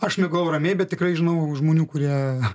aš miegojau ramiai bet tikrai žinau žmonių kurie